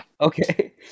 Okay